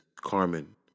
Carmen